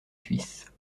suisses